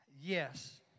Yes